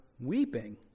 weeping